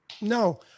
no